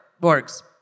works